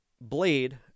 Blade